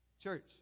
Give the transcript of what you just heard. Church